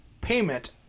payment